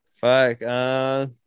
Fuck